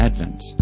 Advent